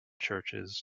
churches